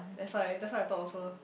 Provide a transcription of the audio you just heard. that's why that's why I talk also